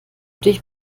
dich